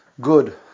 good